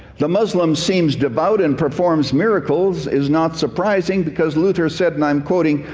the muslim seems devout and performs miracles is not surprising, because luther said, and i'm quoting,